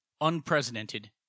unprecedented